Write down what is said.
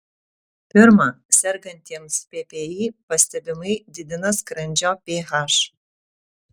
pirma sergantiems ppi pastebimai didina skrandžio ph